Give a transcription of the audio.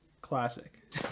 Classic